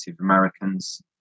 Americans